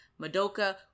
madoka